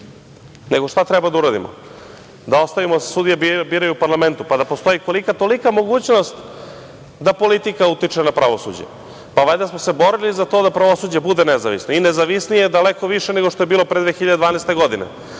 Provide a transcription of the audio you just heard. šta treba da uradimo, da ostavimo da se sudije biraju u parlamentu, pa da postoji kolika – tolika mogućnost da politika utiče na pravosuđe? Valjda smo se borili za to da pravosuđe bude nezavisno bude nezavisno i nezavisnije daleko više nego što je bilo pre 2012. godine.